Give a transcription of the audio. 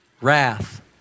wrath